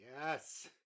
Yes